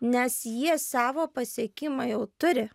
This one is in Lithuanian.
nes jie savo pasiekimą jau turi